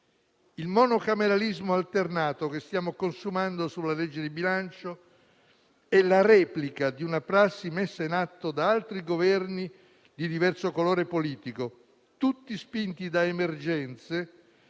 Il monocameralismo alternato che stiamo consumando sulla legge di bilancio è la replica di una prassi messa in atto da altri Governi di diverso colore politico, tutti spinti da emergenze